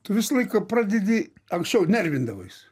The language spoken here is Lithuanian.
tu visą laiką pradedi anksčiau nervindavais